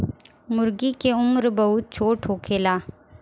मूर्गी के उम्र बहुत छोट होखेला